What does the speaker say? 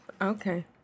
Okay